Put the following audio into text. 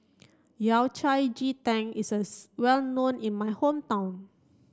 Yao Cai Ji Tang is a well known in my hometown